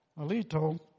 Alito